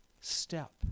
step